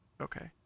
Okay